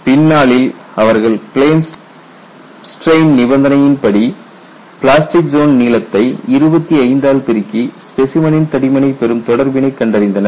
பின்னாளில் அவர்கள் plane strain நிபந்தனையின் படி பிளாஸ்டிக் ஜோன் நீளத்தை 25 ஆல் பெருக்கி ஸ்பெசைமனின் தடிமனை பெரும் தொடர்பினை கண்டறிந்தனர்